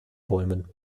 bäumen